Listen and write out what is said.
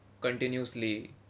continuously